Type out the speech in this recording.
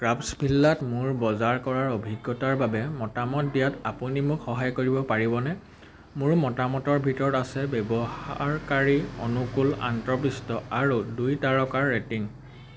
ক্ৰাফ্টছভিলাত মোৰ বজাৰ কৰাৰ অভিজ্ঞতাৰ বাবে মতামত দিয়াত আপুনি মোক সহায় কৰিব পাৰিবনে মোৰ মতামতৰ ভিতৰত আছে ব্যৱহাৰকাৰী অনুকূল আন্তঃপৃষ্ঠ আৰু দুই তাৰকাৰ ৰেটিং